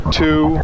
two